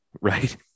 Right